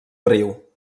riu